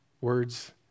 words